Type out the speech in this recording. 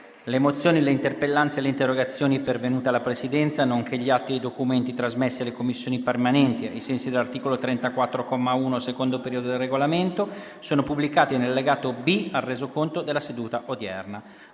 Le mozioni, le interpellanze e le interrogazioni pervenute alla Presidenza, nonché gli atti e i documenti trasmessi alle Commissioni permanenti ai sensi dell'articolo 34, comma 1, secondo periodo, del Regolamento sono pubblicati nell'allegato B al Resoconto della seduta odierna.